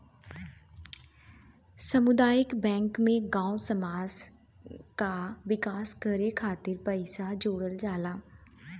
सामुदायिक बैंक में गांव समाज कअ विकास करे खातिर पईसा जोड़ल जाला